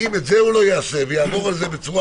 אם את זה הוא לא יעשה ויעבור על זה בצורה